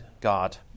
God